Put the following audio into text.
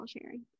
sharing